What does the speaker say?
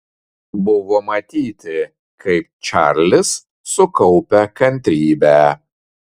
buvo matyti kaip čarlis sukaupia kantrybę